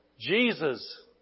Jesus